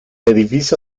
edificio